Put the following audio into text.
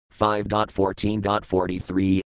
5.14.43